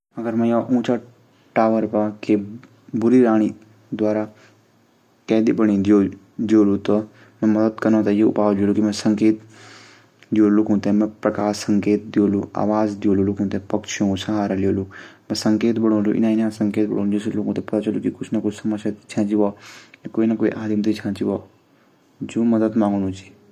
अगर एक बुरी राणी मेथे अपड टावर मा कैद कैरियाली त लूंखू थै बुलांणू कू मि इन दिखुलू की यख बिटे जाणू क्या रस्ता। यत कनखै अपडी बात ऊं लुखू तक अपडी बात पहुंचै जा। य त वे राज्य मा इन चीज वाली कि जख बिटे निकलनू रास्ता वालू इन चीज मि खुजूलू। फिर मी अपडू दिमाग लगलू। कि यखी बिटे कनखे निकले जाये। और लोगों तक अपडी बात पहुचाये जाए।